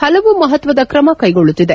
ಹಲವು ಮಹತ್ವದ ಕ್ರಮ ಕೈಗೊಳ್ಲುತ್ತಿದೆ